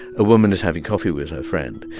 a woman is having coffee with her friend.